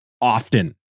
often